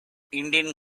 indian